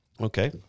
Okay